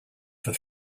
for